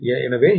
எனவே இது 0